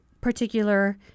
particular